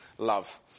love